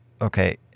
okay